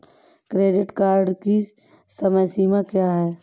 Credit card की समय सीमा क्या है?